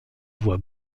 voir